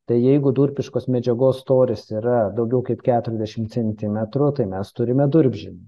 tai jeigu durpiškos medžiagos storis yra daugiau kaip keturiasdešim centimetrų tai mes turime durpžemį